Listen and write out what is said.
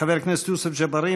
חבר הכנסת יוסף ג'בארין,